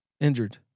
injured